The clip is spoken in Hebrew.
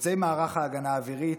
יוצאי מערך ההגנה האווירית,